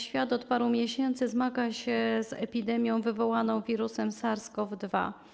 Świat od paru miesięcy zmaga się z epidemią wywołaną wirusem SARS-CoV-2.